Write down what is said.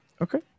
Okay